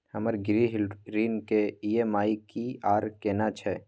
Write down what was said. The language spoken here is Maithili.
हमर गृह ऋण के ई.एम.आई की आर केना छै?